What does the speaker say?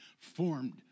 formed